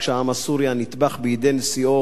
כשהעם הסורי הנטבח בידי נשיאו